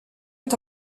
est